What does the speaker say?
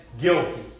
guilty